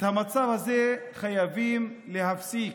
את המצב הזה חייבים להפסיק,